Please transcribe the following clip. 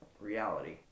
reality